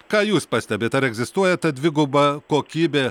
ką jūs pastebit ar egzistuoja ta dviguba kokybė